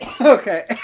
Okay